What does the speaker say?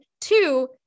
Two